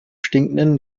stinkenden